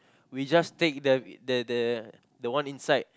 we just take the the the the one inside